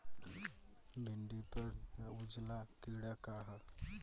भिंडी पर उजला कीड़ा का है?